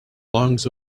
lungs